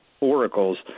oracles